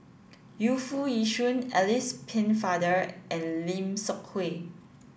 Yu Foo Yee Shoon Alice Pennefather and Lim Seok Hui